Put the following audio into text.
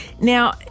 Now